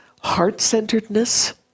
heart-centeredness